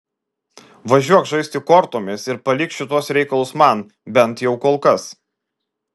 važiuok žaisti kortomis ir palik šituos reikalus man bent jau kol kas